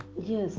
Yes